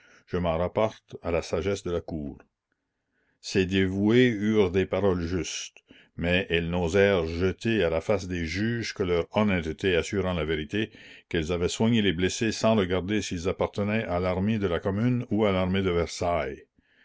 je m'en rapporte à la sagesse de la cour la commune ces dévouées eurent des paroles justes mais elles n'osèrent jeter à la face des juges que leur honnêteté assurant la vérité qu'elles avaient soigné les blessés sans regarder s'ils appartenaient à l'armée de la commune ou à l'armée de versailles